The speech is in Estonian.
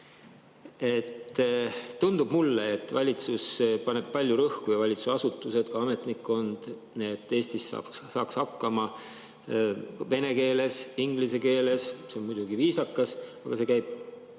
tundub, et valitsus paneb palju rõhku, samuti valitsusasutused, ametnikkond, et Eestis saaks hakkama ka vene keeles ja inglise keeles. See on muidugi viisakas, aga see käib